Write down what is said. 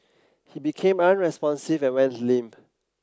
he became unresponsive and went limp